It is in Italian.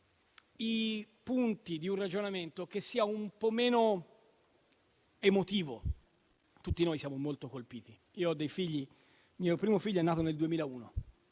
i punti di un ragionamento che sia un po' meno emotivo. Tutti noi siamo molto colpiti. Io ho dei figli, il primo dei quali